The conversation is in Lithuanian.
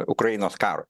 ukrainos karui